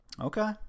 Okay